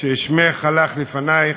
ושמך הלך לפנייך.